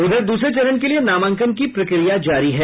उधर द्रसरे चरण के लिए नामांकन की प्रक्रिया जारी है